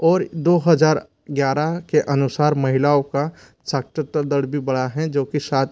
और दो हजार ग्यारह के अनुसार महिलाओं का साक्षरता दर भी बढ़ा है जोकि सात